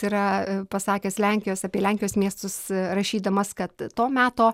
yra pasakęs lenkijos apie lenkijos miestus rašydamas kad to meto